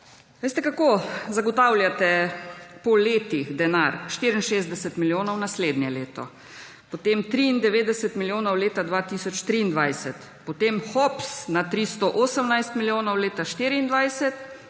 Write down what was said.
Veste, kako zagotavljate po letih denar: 64 milijonov naslednje leto, potem 93 milijonov leta 2023, potem hops na 318 milijonov leta 2024,